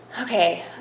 okay